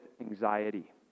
anxiety